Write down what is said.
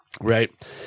right